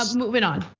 ah moving on.